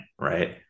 right